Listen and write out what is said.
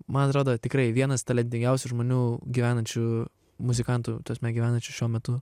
man atrodo tikrai vienas talentingiausių žmonių gyvenančių muzikantų ta prasme gyvenančių šiuo metu